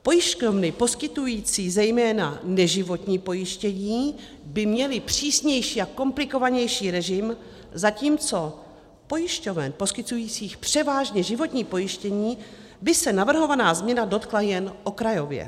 Pojišťovny poskytující zejména neživotní pojištění by měly přísnější a komplikovanější režim, zatímco pojišťoven poskytujících převážně životní pojištění by se navrhovaná změna dotkla jen okrajově.